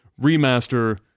remaster